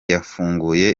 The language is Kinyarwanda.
yafunguye